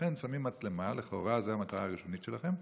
לכן שמים מצלמה, לכאורה זאת המטרה הראשונית שלכם,